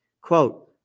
Quote